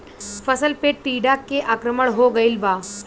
फसल पे टीडा के आक्रमण हो गइल बा?